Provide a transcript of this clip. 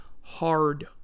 hard